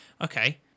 okay